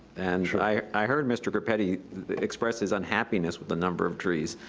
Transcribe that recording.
and i heard mr. groppetti express his unhappiness with the number of trees.